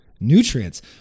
nutrients